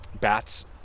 Bats